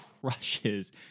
crushes